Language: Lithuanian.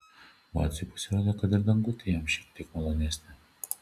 vaciui pasirodė kad ir dangutė jam šiek tiek malonesnė